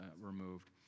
removed